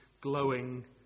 glowing